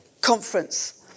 conference